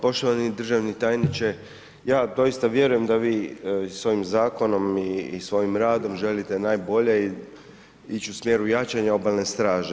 Poštovani državni tajniče, ja doista vjerujem da vi i s ovim zakonom i svojim radom želite najbolje ić u smjeru jačanja obalne straže.